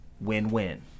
Win-win